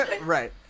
right